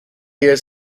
years